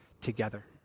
together